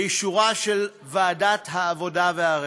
באישורה של ועדת העבודה והרווחה.